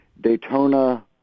Daytona